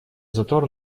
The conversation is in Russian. затор